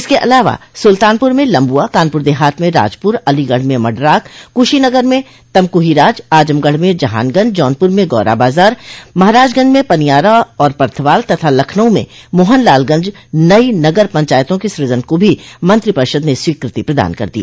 इसके अलावा सुल्तानपुर में लम्बुआ कानपुर देहात में राजपुर अलीगढ़ में मढराक कुशीनगर में तमकुहीराज आजमगढ़ में जहानगंज जौनपुर में गौरा बाजार महराजगंज में पनियारा और पर्थवाल तथा लखनऊ में मोहनलालगंज नई नगर पंचायतों के सजन को भी मंत्रिपरिषद ने स्वीकृति प्रदान कर दी